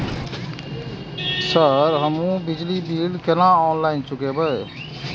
Sir हमू बिजली bill केना ऑनलाईन चुकेबे?